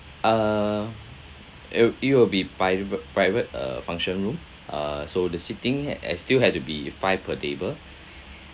uh it'll it will be private private uh function room uh so the seating uh still had to be five per table